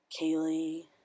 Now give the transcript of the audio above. Kaylee